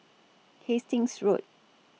Hastings Road